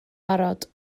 barod